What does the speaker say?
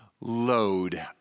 load